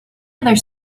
other